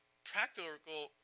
practical